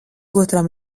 otram